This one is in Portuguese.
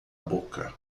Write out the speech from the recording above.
boca